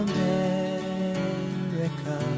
America